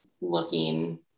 looking